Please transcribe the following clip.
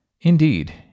Indeed